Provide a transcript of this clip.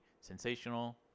Sensational